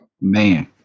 Man